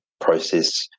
process